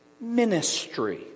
ministry